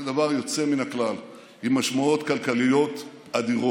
זה דבר יוצא מן הכלל, עם משמעויות כלכליות אדירות.